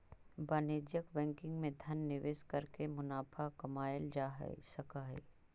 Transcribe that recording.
वाणिज्यिक बैंकिंग में धन निवेश करके मुनाफा कमाएल जा सकऽ हइ